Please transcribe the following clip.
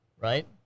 Right